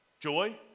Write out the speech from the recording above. joy